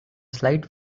slight